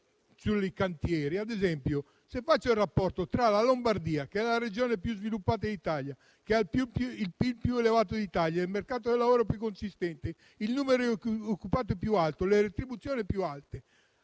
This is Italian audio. ai cantieri, se ad esempio faccio il rapporto tra la Lombardia, che è la regione più sviluppate d'Italia, quella che ha il PIL più elevato d'Italia, il mercato del lavoro più consistente, il numero di occupati più alto e le retribuzioni più alte,